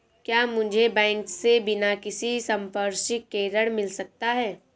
क्या मुझे बैंक से बिना किसी संपार्श्विक के ऋण मिल सकता है?